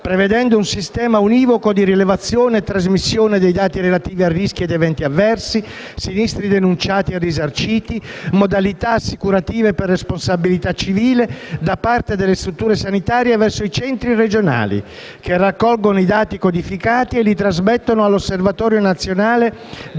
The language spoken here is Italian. prevedendo un sistema univoco di rilevazione e trasmissione dei dati relativi a rischi ed eventi avversi, sinistri denunciati e risarciti e modalità assicurative per responsabilità civile, da parte delle strutture sanitarie verso i centri regionali, che raccolgono i dati codificati e li trasmettono all'Osservatorio nazionale buone